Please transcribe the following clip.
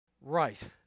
Right